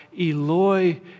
Eloi